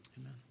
Amen